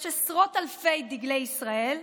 יש עשרות אלפי דגלי ישראל,